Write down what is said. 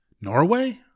Norway